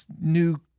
New